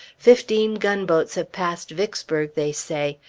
fifteen gunboats have passed vicksburg, they say.